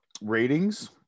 Ratings